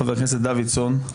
חבר הכנסת דוידסון,